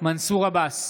מנסור עבאס,